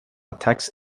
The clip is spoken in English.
attacks